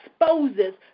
exposes